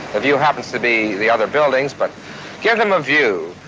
a view happens to be the other buildings, but give them a view.